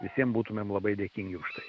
visiem būtumėm labai dėkingi už tai